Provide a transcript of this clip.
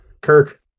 Kirk